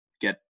get